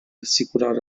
assicurare